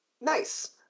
Nice